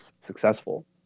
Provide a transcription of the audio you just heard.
Successful